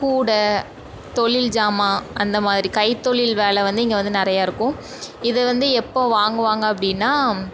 கூடை தொழில் ஜாமான் அந்தமாதிரி கைத்தொழில் வேலை வந்து இங்கே வந்து நிறையா இருக்கும் இது வந்து எப்போது வாங்குவாங்க அப்படின்னா